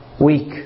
weak